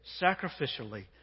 sacrificially